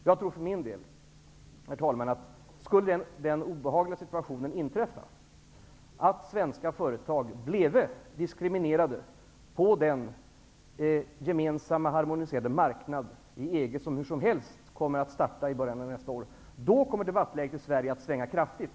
Jag för min del tror, herr talman, att skulle den obehagliga situationen vara ett faktum att svenska företag bleve diskriminerade på den gemensamma, harmoniserade marknad i EG som hur som helst startar i början av nästa år, kommer debattläget i Sverige att kraftigt svänga.